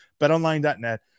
BetOnline.net